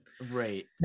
right